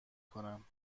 کنم